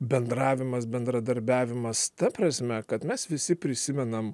bendravimas bendradarbiavimas ta prasme kad mes visi prisimenam